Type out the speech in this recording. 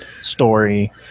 story